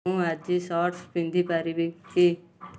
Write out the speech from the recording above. ମୁଁ ଆଜି ସର୍ଟ୍ସ୍ ପିନ୍ଧିପାରିବି କି